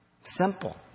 Simple